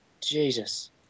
Jesus